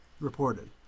reported